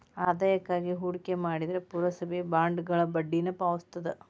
ಆದಾಯಕ್ಕಾಗಿ ಹೂಡಿಕೆ ಮಾಡ್ತಿದ್ರ ಪುರಸಭೆಯ ಬಾಂಡ್ಗಳ ಬಡ್ಡಿನ ಪಾವತಿಸ್ತವ